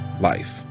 life